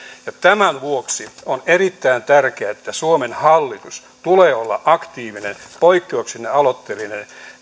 tämän vuoksi on erittäin tärkeää että suomen hallitus on aktiivinen poikkeuksellisen aloitteellinen